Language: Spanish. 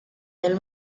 del